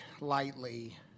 lightly